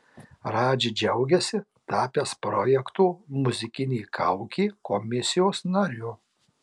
radži džiaugiasi tapęs projekto muzikinė kaukė komisijos nariu